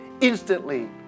Instantly